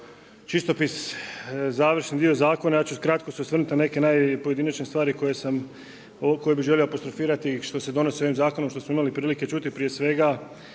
čistopis završni dio zakona. Ja ću se kratko osvrnuti na neke pojedinačne stvari koje bi želio apostrofirati što se donosi ovim zakonom što smo imali prilike čuti, prije svega